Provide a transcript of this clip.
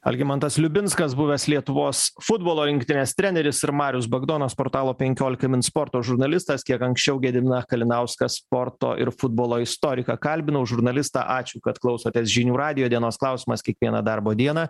algimantas liubinskas buvęs lietuvos futbolo rinktinės treneris ir marius bagdonas portalo penkiolika sporto žurnalistas kiek anksčiau gediminą kalinauską sporto ir futbolo istoriką kalbinau žurnalistą ačiū kad klausotės žinių radijo dienos klausimas kiekvieną darbo dieną